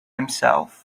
himself